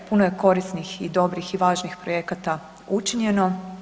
Puno je korisnih i dobrih i važnih projekata učinjeno.